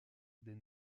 des